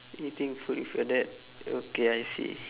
eating food with your dad okay I see